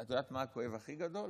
את יודעת מה הכאב הכי גדול?